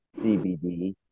CBD